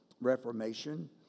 Reformation